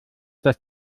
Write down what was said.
aus